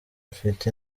mfite